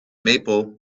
maple